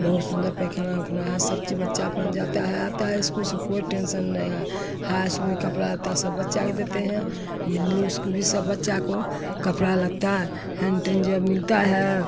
बहुत सुन्दर पैख़ाना ओख़ाना है सब चीज़ बच्चा अपना जाता है आता है इस्कूल से कोई टेन्शन नहीं है हाँ उसमें कपड़ा लत्ता सब बच्चा को देते हैं बिजली उसको भी सब बच्चा को कपड़ा लत्ता हेनटेन जो है मिलता है